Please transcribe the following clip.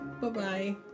Bye-bye